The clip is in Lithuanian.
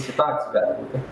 situacijų gali būti